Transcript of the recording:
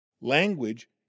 Language